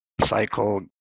cycle